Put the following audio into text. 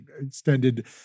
extended